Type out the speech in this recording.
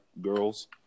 girls